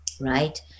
right